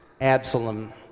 Absalom